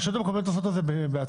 הרשויות המקומיות עושות את זה בעצמן.